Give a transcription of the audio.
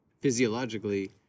physiologically